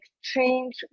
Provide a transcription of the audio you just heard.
exchange